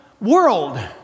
world